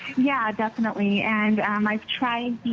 yeah definitely, and um i tried